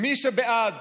מי שבעד